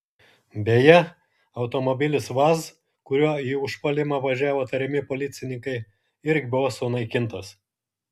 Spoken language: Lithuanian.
beje automobilis vaz kuriuo į užpuolimą važiavo tariami policininkai irgi buvo sunaikintas